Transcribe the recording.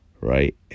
right